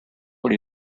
what